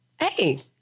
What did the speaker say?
Hey